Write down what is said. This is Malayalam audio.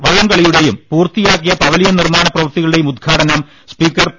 വള്ളംകളിയുടെയും പൂർത്തി യാക്കിയ പവലിയൻ നിർമാണ പ്രവൃത്തികളുടെയും ഉദ്ഘാ ടനം സ്പീക്കർ പി